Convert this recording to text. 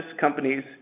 companies